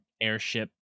airship